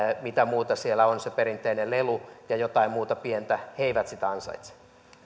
mitä muuta siellä on se perinteinen lelu ja jotain muuta pientä ansaitse